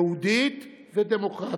יהודית ודמוקרטית.